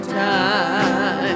time